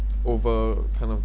over kind of